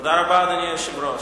תודה רבה, אדוני היושב-ראש.